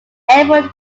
airport